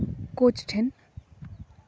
ᱠᱳᱪ ᱴᱷᱮᱱ